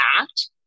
act